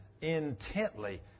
intently